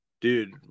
dude